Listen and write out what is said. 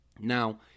Now